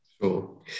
sure